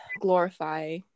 glorify